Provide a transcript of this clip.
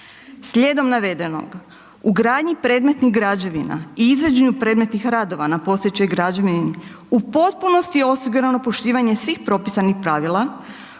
Slijedom navedenog, u gradnji predmetnih građevina i izvođenju predmetnih radova na postojećoj građevini, u potpunosti je osigurano poštivanje svih propisanih pravila